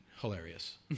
hilarious